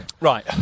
Right